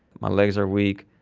my legs are weak.